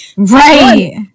Right